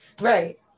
Right